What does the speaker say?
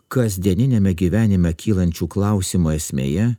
kasdieniniame gyvenime kylančių klausimų esmėje